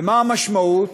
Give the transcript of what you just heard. ומה המשמעות?